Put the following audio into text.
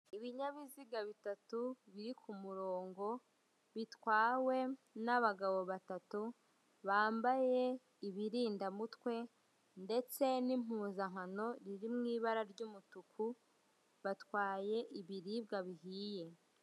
Ibinyabiziga bitatu biri ku murongo, bitwawe n'abagabo batatu bambaye ibirindamutwe ndetse n'impuzankano iri mu ibara ry'umutuku; batwaye ibiribwa bihiye.